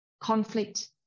conflict